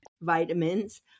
vitamins